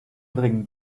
bringen